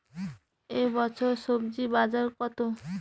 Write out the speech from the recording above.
এ বছর স্বজি বাজার কত?